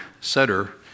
setter